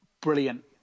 brilliant